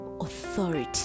authority